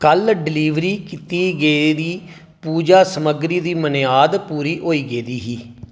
कल डिलीवरी कीती गेदी पूजा समग्गरी दी मनेआद पूरी होई गेदी ही